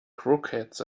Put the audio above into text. croquettes